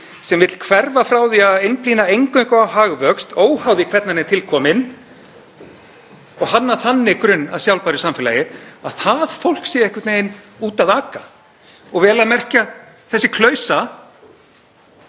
sem vill hverfa frá því að einblína eingöngu á hagvöxt, óháð því hvernig hann er til kominn og hanna þannig grunn að sjálfbæru samfélagi, sé einhvern veginn úti að aka. Og vel að merkja þessi klausa